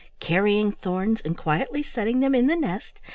carrying thorns and quietly setting them in the nest,